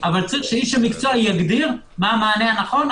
אבל צריך שאיש המקצוע יגדיר מה המענה הנכון.